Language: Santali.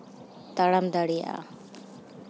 ᱛᱟᱲᱟᱢ ᱫᱟᱲᱮᱭᱟᱜᱼᱟ